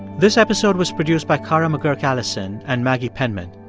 this episode was produced by kara mcguirk-allison and maggie penman.